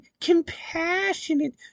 compassionate